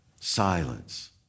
silence